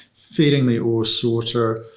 feeding the ore sorter?